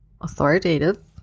authoritative